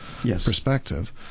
perspective